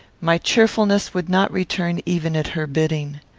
my cheerfulness would not return even at her bidding.